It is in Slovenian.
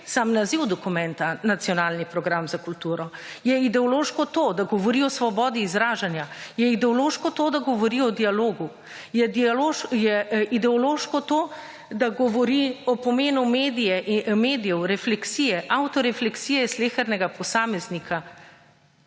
sam naziv dokumenta, nacionalni program za kulturo. Je ideološko to, da govori o svobodi izražanja? Je ideološko to, da govori o dialogu? Je ideološko to, da govori o pomenu medijev, refleksije, avtorefleksije slehernega posameznika?